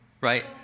right